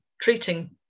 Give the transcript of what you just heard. treating